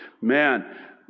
Man